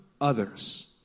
others